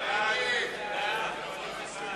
מי נגד?